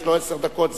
יש לו עשר דקות,